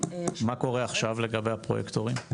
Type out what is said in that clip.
--- מה קורה עכשיו לגבי הפרויקטורים?